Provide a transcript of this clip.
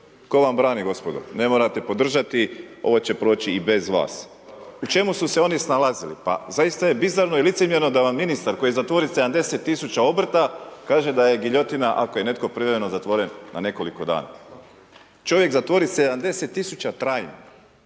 tko vam brani, gospodo, ne morate podržati, ovo će proći i bez vas. U čem su se oni snalazili? Pa zaista je bizarno i licemjerno da vam ministar koji zatvori 70 000 obrta, kaže da je giljotina ako je netko privremeno zatvoren na nekoliko dana. Čovjek zatvori 70 000 trajno,